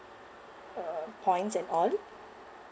uh points and all